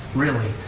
really,